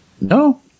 No